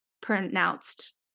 pronounced